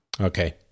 Okay